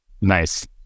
Nice